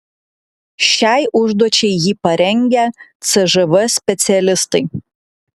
šiai užduočiai jį parengę cžv specialistai